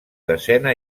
desena